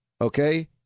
okay